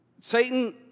Satan